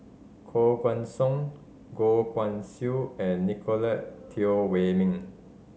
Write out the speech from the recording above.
Koh Guan Song Goh Guan Siew and Nicolette Teo Wei Min